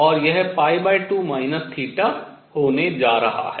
और यह π2 θ होने जा रहा है